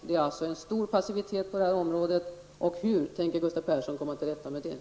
Det råder alltså en stor passivitet på det här området. Hur tänker Gustav Persson komma till rätta med den?